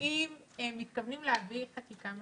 האם מתכוונים להעביר חקיקה משלימה?